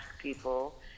people